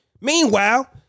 Meanwhile